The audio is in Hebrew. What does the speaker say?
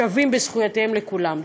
ושווים בזכויותיהם לכולם.